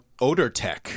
OdorTech